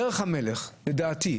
דרך המלך, לדעתי,